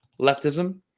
leftism